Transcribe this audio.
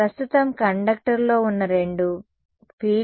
ప్రస్తుతము కండక్టర్లో ఉన్న రెండు ఫీల్డ్లు కలిపి 0 ఉండాలి